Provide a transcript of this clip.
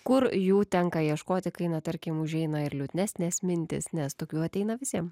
kur jų tenka ieškoti kai na tarkim užeina ir liūdnesnės mintys nes tokių ateina visiem